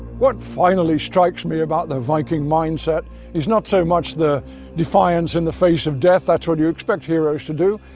what finally strikes me about the viking mindset is not so much the defiance in the face of death that's what you expect heroes to do.